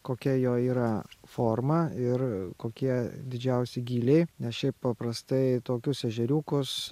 kokia jo yra forma ir kokie didžiausi gyliai nes šiaip paprastai tokius ežeriukus